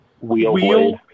Wheel